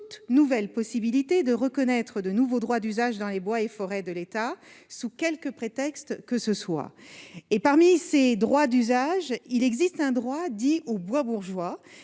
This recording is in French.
nouvelle possibilité de reconnaître de nouveaux droits d'usage dans les bois et forêts de l'État, sous quelque prétexte que ce soit. Parmi ces droits d'usage, il existe un droit dit du « bois bourgeois